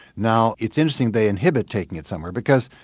now it's interesting they inhibit taking it somewhere, because,